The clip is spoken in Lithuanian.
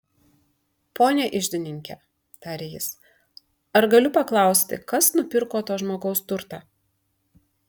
pone iždininke tarė jis ar galiu paklausti kas nupirko to žmogaus turtą